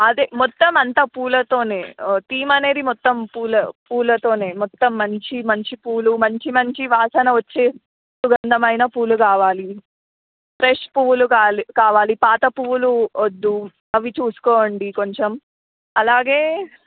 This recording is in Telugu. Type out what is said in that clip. అదే మొత్తం అంతా పూలతో థీమ్ అనేది మొత్తం పూల పూలతో మొత్తం మంచి మంచి పూలు మంచి మంచి వాసన వచ్చే సుగంధమైన పూలు కావాలి ఫ్రెష్ పూలు కాలి కావాలి పాత పూలు వద్దు అవి చూసుకోండి కొంచెం అలాగే